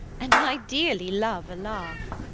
and i dearly love a laugh.